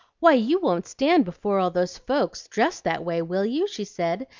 why, you won't stand before all those folks dressed that way, will you she said,